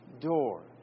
door